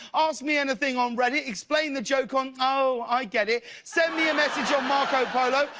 ask me anything on reddit, explain the joke on ohhh i get it, send me a message on marcopolo,